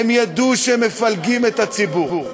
הם ידעו שהם מפלגים את הציבור.